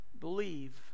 Believe